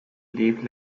leave